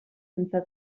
sense